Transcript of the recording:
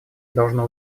должно